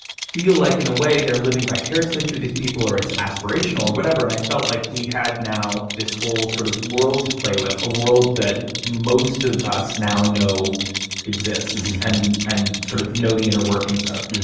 feel like, in a way, they're living vicariously through these people or it's aspirational or whatever. and i felt like we had now this whole sort of world to play with, a world that most of us now know exists and and sort of know the inner workings of.